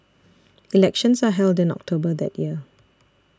elections are held in October that year